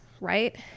right